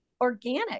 organic